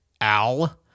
Al